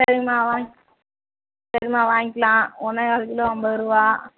சரிங்கம்மா வாங்க சரிம்மா வாங்கிக்கலாம் ஒன்றேகால் கிலோ ஐம்பது ரூபா